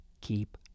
keep